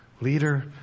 Leader